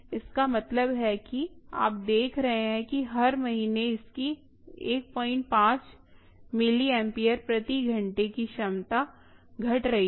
इसका मतलब है कि आप देख रहे हैं कि हर महीने इसकी 15 मिलिम्पियर प्रति घंटा की क्षमता घट रही है